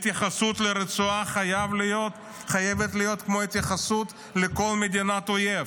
התייחסות לרצועה חייבת להיות כמו התייחסות לכל מדינת אויב: